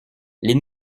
les